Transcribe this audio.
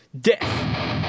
death